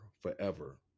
forever